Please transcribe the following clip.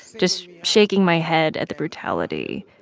just shaking my head at the brutality.